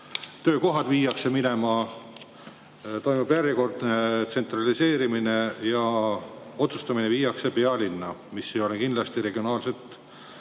töökohad viiakse minema, toimub järjekordne tsentraliseerimine ja otsustamine viiakse pealinna. See ei ole kindlasti regionaalselt